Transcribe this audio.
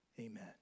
amen